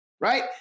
right